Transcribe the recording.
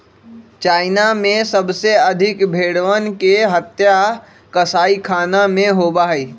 China में सबसे अधिक भेंड़वन के हत्या कसाईखाना में होबा हई